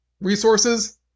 resources